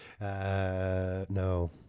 No